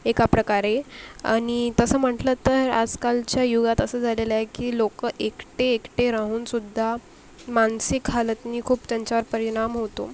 एका प्रकारे आणि तसं म्हटलं तर आजकालच्या युगात असं झालेलं आहे की लोक एकटे एकटे राहूनसुद्धा मानसिक हालतनी खूप त्यांच्यावर परिणाम होतो